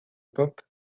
pop